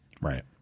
Right